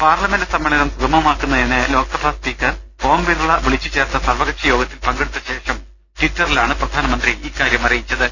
parliament സമ്മേളനം സുഗമമാക്കുന്ന തിന് Lok Sabha speaker Om Birla വിളിച്ചു ചേർത്ത സർവ്വക്ഷിയോഗത്തിൽ പങ്കെടുത്തശേഷം ട്വിറ്ററിലാണ് പ്രധാനമന്ത്രി ഇക്കാര്യം അറിയിച്ചത്